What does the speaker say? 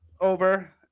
over